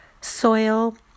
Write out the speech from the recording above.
soil